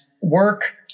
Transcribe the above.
work